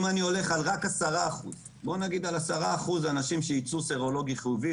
אם אני הולך רק על 10% אנשים שייצאו חיוביים בסרולוגית,